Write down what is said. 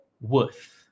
worth